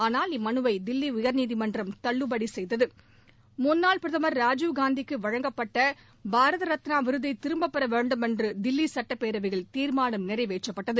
ஆனால் இம்மனுவை தில்லி உயர்நீதிமன்றம் தள்ளுபடி செய்தது முன்னாள் பிரதமர் ராஜிவ் காந்திக்கு வழங்கப்பட்ட பாரத ரத்னா விருதை திரும்ப பெற வேண்டுமென்று தில்லி சட்டப்பேரவையில் தீர்மானம் நிறைவேற்றப்பட்டது